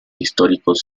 históricos